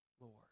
Lord